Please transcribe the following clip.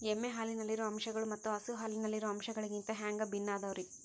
ಎಮ್ಮೆ ಹಾಲಿನಲ್ಲಿರೋ ಅಂಶಗಳು ಮತ್ತ ಹಸು ಹಾಲಿನಲ್ಲಿರೋ ಅಂಶಗಳಿಗಿಂತ ಹ್ಯಾಂಗ ಭಿನ್ನ ಅದಾವ್ರಿ?